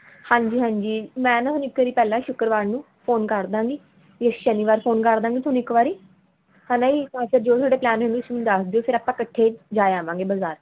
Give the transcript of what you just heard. ਹਾਂਜੀ ਹਾਂਜੀ ਮੈਂ ਨਾ ਇੱਕ ਵਾਰੀ ਪਹਿਲਾਂ ਸ਼ੁੱਕਰਵਾਰ ਨੂੰ ਫੋਨ ਕਰ ਦਾਂਗੀ ਜਾਂ ਸ਼ਨੀਵਾਰ ਫੋਨ ਕਰ ਦਾਂਗੀ ਤੁਹਾਨੂੰ ਇੱਕ ਵਾਰੀ ਹੈ ਨਾ ਜੀ ਤਾਂ ਫਿਰ ਜੋ ਤੁਹਾਡਾ ਪਲੈਨ ਹੋਏਗਾ ਤੁਸੀਂ ਮੈੈਨੂੰ ਦੱਸ ਦਿਓ ਫਿਰ ਆਪਾਂ ਇਕੱਠੇ ਜਾ ਆਵਾਂਗੇ ਬਜ਼ਾਰ